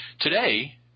Today